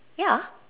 ya